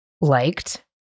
liked